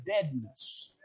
deadness